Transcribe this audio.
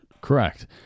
Correct